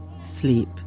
sleep